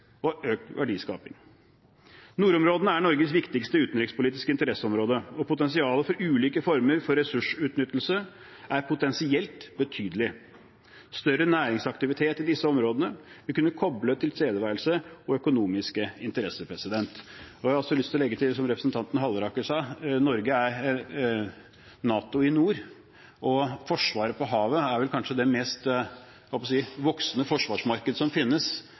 for økt vekst og økt verdiskaping. Nordområdene er Norges viktigste utenrikspolitiske interesseområde. Potensialet for ulike former for ressursutnyttelse er potensielt betydelig. Større næringsaktivitet i disse områdene vil kunne koble tilstedeværelse og økonomiske interesser. Jeg har også lyst til å legge til, som representanten Halleraker sa, at Norge er NATO i nord. Forsvaret for havet er kanskje det mest voksende forsvarsmarkedet som finnes,